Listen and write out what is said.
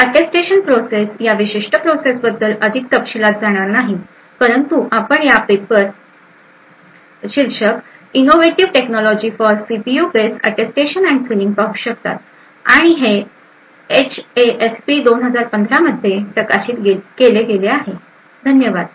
तर attestation process या विशिष्ट प्रोसेसबद्दल अधिक तपशीलात जाणार नाही परंतु आपण या पेपर शीर्षक innovative technology for CPU base attestation and sealing पाहू शकतात आणि हे एचएएसपी 2015 मध्ये प्रकाशित केले गेले आहे धन्यवाद